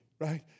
right